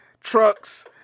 Trucks